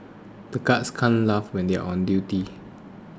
the guards can't laugh when they are on duty